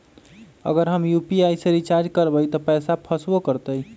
अगर हम यू.पी.आई से रिचार्ज करबै त पैसा फसबो करतई?